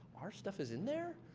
our stuff is in there?